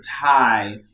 tie